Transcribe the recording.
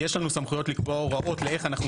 יש לנו סמכויות לקבוע הוראות לאיך אנחנו